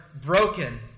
broken